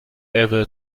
ever